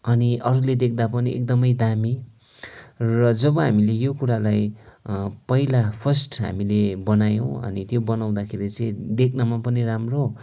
अनि अरूले देख्दा पनि एकदमै दामी र जब हामीले यो कुरालाई पहिला फर्स्ट हामीले बनायौँ अनि त्यो बनाउँदाखेरि चाहिँ देख्नमा पनि राम्रो